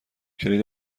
کلید